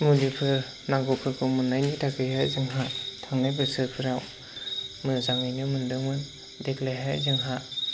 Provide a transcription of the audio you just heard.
मुलिफोर नांगौफोरखौ मोननायनि थाखैहाय जोंहा थांनाय बोसोरफ्राव मोजाङैनो मोन्दोंमोन देग्लायहाय जोंहा